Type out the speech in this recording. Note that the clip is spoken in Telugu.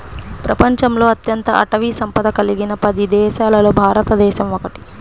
ప్రపంచంలో అత్యంత అటవీ సంపద కలిగిన పది దేశాలలో భారతదేశం ఒకటి